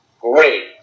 great